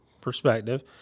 perspective